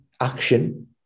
action